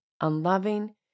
unloving